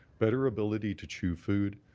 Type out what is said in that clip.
better ability to chew food.